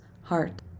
heart